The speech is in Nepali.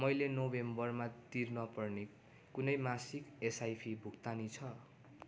मैले नोभेम्बरमा तिर्न पर्ने कुनै मासिक एसआइपी भुक्तानी छ